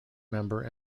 member